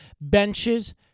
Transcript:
benches